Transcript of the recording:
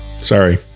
Sorry